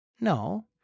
No